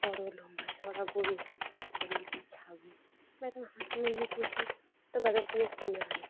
বড় লম্বা ছড়া গরু হবে বা ছাগল বা এখন হাস মুরগি পুষি তো বাজার থেকে কিনে আনি